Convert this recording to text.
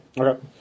Okay